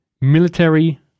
military